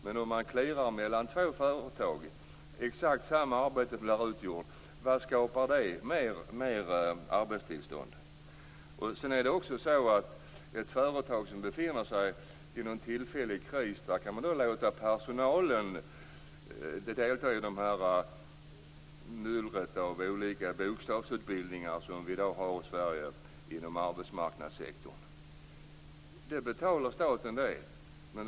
Men om man clearar mellan två företag och exakt samma arbete blir utfört - på vilket sätt skapar det fler arbetstillfällen? Ett företag som befinner sig i en tillfällig kris kan låta personalen delta i det myller av olika bostadsutbildningar som vi i dag har inom arbetsmarknadssektorn i Sverige. Då betalar staten det.